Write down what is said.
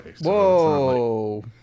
Whoa